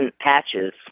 patches